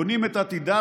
בונים את עתידם,